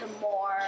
more